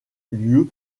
lieu